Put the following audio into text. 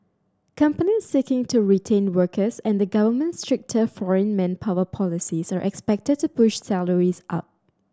companies seeking to retain workers and the government's stricter foreign manpower policies are expected to push salaries up